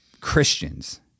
Christians